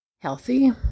healthy